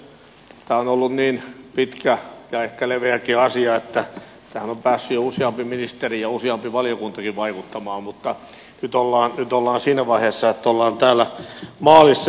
tä mä on ollut niin pitkä ja ehkä leveäkin asia että tähän on päässyt jo useampi ministeri ja useampi valiokuntakin vaikuttamaan mutta nyt ollaan siinä vaiheessa että ollaan täällä maalissa